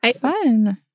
fun